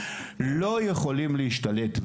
לא יכול להשתלט.